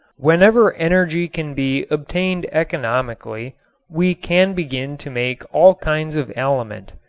whenever energy can be obtained economically we can begin to make all kinds of aliment,